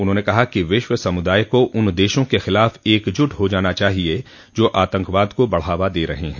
उन्होंने कहा कि विश्व समुदाय को उन देशों के खिलाफ एकजुट हो जाना चाहिए जो आतंकवाद को बढ़ावा दे रहे हैं